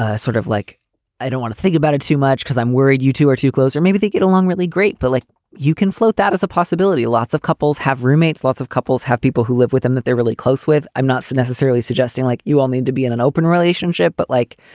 ah sort of like i don't want to think about it too much because i'm worried you two are too close. or maybe they get along really great. but like you can float. that is a possibility. lots of couples have roommates. lots of couples have people who live with them that they're really close with. i'm not so necessarily suggesting like you all need to be in an open relationship, but like.